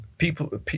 People